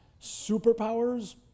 superpowers